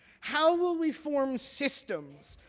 how will we form systems,